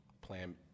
plan